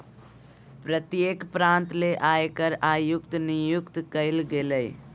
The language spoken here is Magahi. प्रत्येक प्रांत ले आयकर आयुक्त नियुक्त कइल गेलय